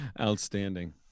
Outstanding